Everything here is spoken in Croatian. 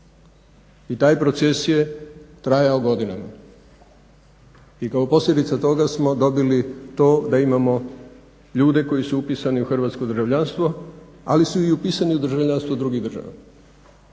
I taj proces je trajao godinama. I kao posljedica toga smo dobili to da imamo ljude koji su upisani u hrvatsko državljanstvo, ali su upisani i u državljanstvo drugih država